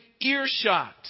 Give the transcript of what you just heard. earshot